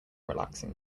relaxing